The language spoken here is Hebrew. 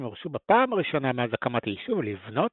הורשו בפעם הראשונה מאז הקמת היישוב לבנות